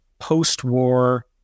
post-war